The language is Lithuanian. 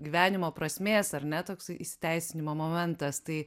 gyvenimo prasmės ar ne toksai įsiteisinimo momentas tai